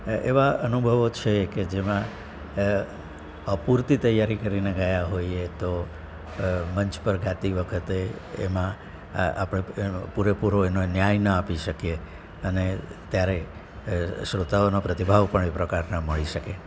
એવા અનુભવો છે કે જેમાં અપૂરતી તૈયારી કરીને ગયા હોઈએ તો મંચ પર ગાતી વખતે એમાં આપણે પૂરેપૂરો ન્યાય ન આપી શકીએ અને ત્યારે શ્રોતાઓનો પ્રતિભાવ પણ એ પ્રકારના મળી શકે